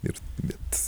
ir bet